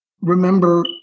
remember